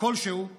כלשהו מזה.